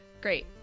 Great